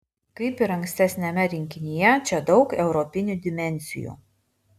kaip ir ankstesniame rinkinyje čia daug europinių dimensijų